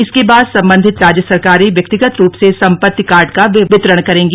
इसके बाद संबंधित राज्य सरकारें व्यक्तिगत रूप से संपत्ति कार्ड का वितरण करेगी